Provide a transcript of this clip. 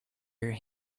your